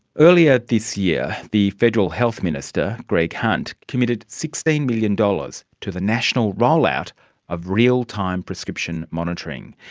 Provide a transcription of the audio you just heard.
earlier this year, the federal health minister greg hunt committed sixteen million dollars to the national roll-out of real-time prescription monitoring.